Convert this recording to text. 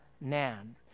Nan